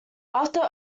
after